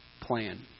plan